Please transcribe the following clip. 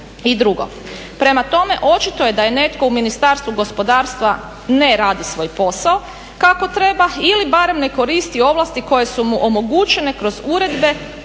I drugo, prema tome očito je da netko u Ministarstvu gospodarstva ne radi svoj posao kako treba ili barem ne koristit ovlasti koje su mu omogućene kroz uredbe,